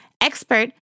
expert